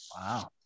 wow